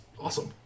Awesome